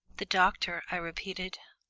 the doctor, i repeated.